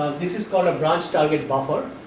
this is called a branch target. but